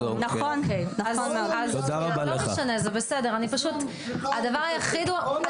בסופו של דבר זה משפיע על האוכלוסייה,